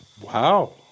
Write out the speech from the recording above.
wow